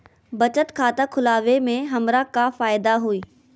बचत खाता खुला वे में हमरा का फायदा हुई?